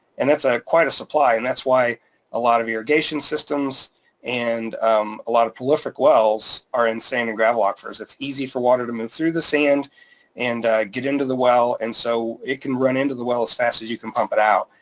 and that's ah quite a supply and that's why a lot of irrigation systems and um a lot of prolific wells are in sand and gravel aquifers. it's easy for water to move through the sand and get into the well, and so it can run into the well as fast as you can pump it out.